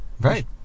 Right